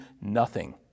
nothing